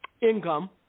income